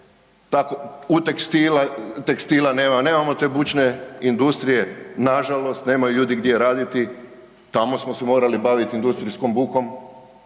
tekstila nema, nemamo te bučne industrije, nažalost nemaju ljudi gdje raditi, tamo smo se morali baviti industrijskom bukom,